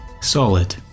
Solid